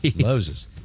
Moses